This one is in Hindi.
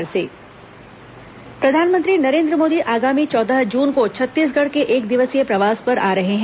प्रधानमंत्री दौरा प्रधानमंत्री नरेन्द्र मोदी आगामी चौदह जून को छत्तीसगढ़ के एकदिवसीय प्रवास पर आ रहे हैं